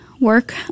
work